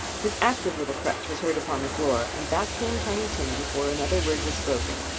his active little crutch was heard upon the floor, and back came tiny tim before another word was spoken,